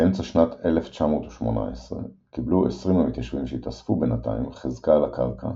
באמצע שנת 1918 קיבלו 20 המתיישבים שהתאספו בינתיים חזקה על הקרקע,